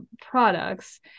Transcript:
products